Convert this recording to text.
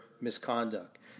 misconduct